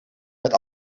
met